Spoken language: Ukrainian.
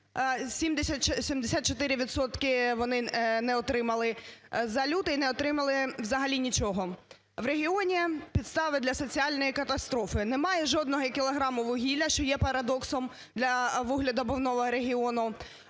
вони не отримали, за лютий не отримали взагалі нічого. В регіоні підстави для соціальної катастрофи. Немає жодного кілограму вугілля, що є парадоксом для вугледобувного регіону.